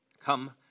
come